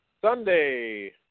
Sunday